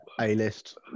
A-list